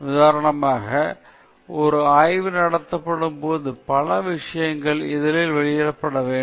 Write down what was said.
உதாரணமாக ஒரு ஆய்வு நடத்தப்படும் போது பல விஷயங்கள் இதழில் வெளியிடப்பட வேண்டும்